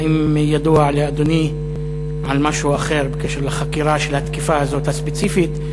האם ידוע לאדוני על משהו אחר בקשר לחקירה של התקיפה הספציפית הזאת,